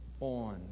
on